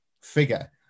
figure